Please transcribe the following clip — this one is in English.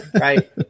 Right